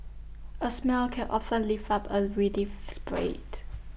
A smile can often lift up A spirit